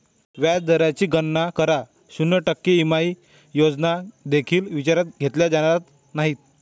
व्याज दराची गणना करा, शून्य टक्के ई.एम.आय योजना देखील विचारात घेतल्या जाणार नाहीत